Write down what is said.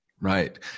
Right